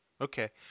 Okay